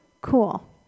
cool